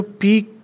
peak